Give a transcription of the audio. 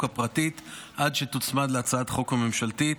הפרטית עד שתוצמד להצעת החוק הממשלתית,